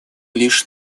лишь